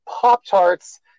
Pop-Tarts